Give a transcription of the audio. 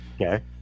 Okay